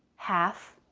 half,